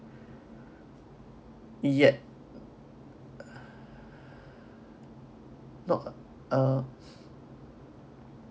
yet not uh